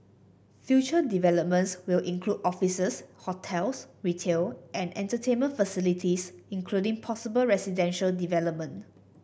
future developments will include officers hotels retail and entertainment facilities including possible residential development